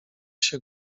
się